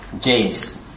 James